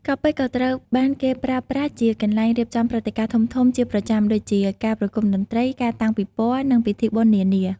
កោះពេជ្រក៏ត្រូវបានគេប្រើប្រាស់ជាកន្លែងរៀបចំព្រឹត្តិការណ៍ធំៗជាប្រចាំដូចជា ការប្រគំតន្ត្រី ការតាំងពិព័រណ៍ និងពិធីបុណ្យនានា។